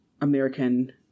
American